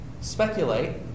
Speculate